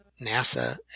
nasa